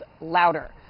louder